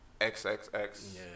XXX